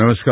नमस्कार